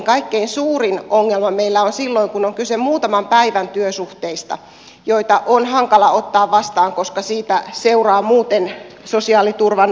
kaikkein suurin ongelma meillä on silloin kun on kyse muutaman päivän työsuhteista joita on hankala ottaa vastaan koska siitä seuraa muuten sosiaaliturvan aikamoisia mutkia